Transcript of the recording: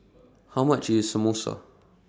How much IS Samosa